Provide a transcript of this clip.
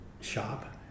shop